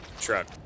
truck